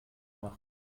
machen